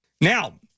Now